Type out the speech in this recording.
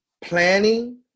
planning